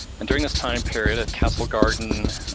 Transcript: and during this time period at castle garden,